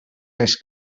les